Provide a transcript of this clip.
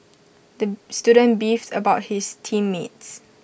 the student beefed about his team mates